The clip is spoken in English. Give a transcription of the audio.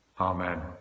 Amen